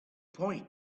point